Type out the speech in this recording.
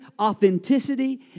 authenticity